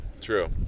true